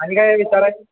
आणि काय विचारायचं